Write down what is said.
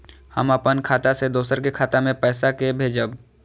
हम अपन खाता से दोसर के खाता मे पैसा के भेजब?